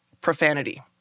profanity